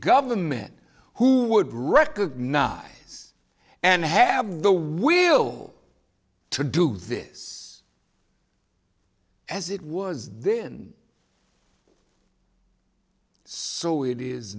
government who would recognize and have the will to do this as it was then so it is